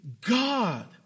God